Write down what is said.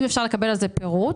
אם אפשר לקבל על זה פירוט.